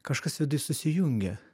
kažkas viduj susijungia